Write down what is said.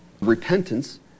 repentance